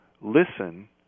listen